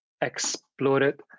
exploded